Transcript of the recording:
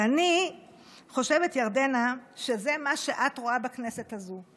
ואני חושבת, ירדנה, שזה מה שאת רואה בכנסת הזאת.